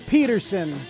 Peterson